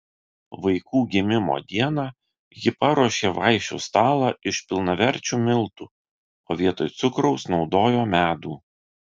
vaikų gimimo dieną ji paruošė vaišių stalą iš pilnaverčių miltų o vietoj cukraus naudojo medų